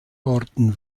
worden